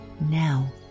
now